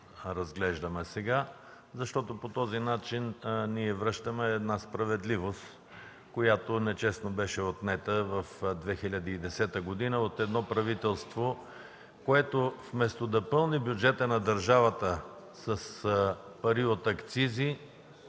разглеждаме сега, защото по този начин ние връщаме една справедливост, която беше отнета нечестно 2010 г. от едно правителство, което вместо да пълни бюджета на държавата с пари от акцизи,